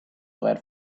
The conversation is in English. were